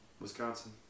Wisconsin